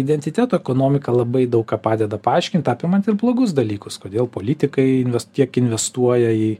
identiteto ekonomika labai daug ką padeda paaiškint apimant ir blogus dalykus kodėl politikai tiek investuoja į